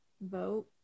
vote